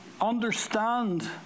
understand